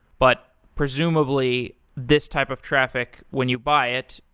but presumably, this type of traffic, when you buy it.